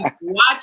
Watch